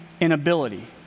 inability